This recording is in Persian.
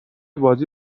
بازی